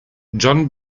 jon